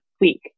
week